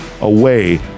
away